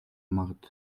магад